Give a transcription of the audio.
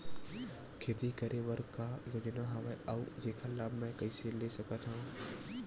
खेती करे बर का का योजना हवय अउ जेखर लाभ मैं कइसे ले सकत हव?